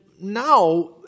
now